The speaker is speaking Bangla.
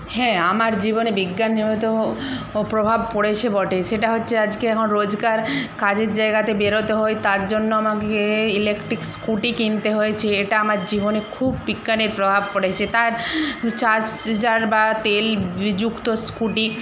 হ্যাঁ আমার জীবনে বিজ্ঞান নেওয়া তো প্রভাব পড়েছে বটে সেটা হচ্ছে আজকে এখন রোজগার কাজের জায়গাতে বেরোতে হয় তার জন্য আমাকে ইলেকট্রিক স্কুটি কিনতে হয়েছে এটা আমার জীবনে খুব বিজ্ঞানের প্রভাব পড়েছে তার চার্জার বা তেল যুক্ত স্কুটি